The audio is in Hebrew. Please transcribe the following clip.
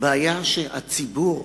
בעיה שהציבור,